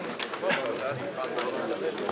הישיבה ננעלה בשעה 11:22.